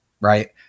Right